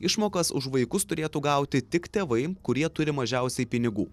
išmokas už vaikus turėtų gauti tik tėvai kurie turi mažiausiai pinigų